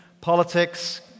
politics